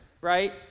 right